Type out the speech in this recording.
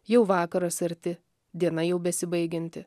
jau vakaras arti diena jau besibaigianti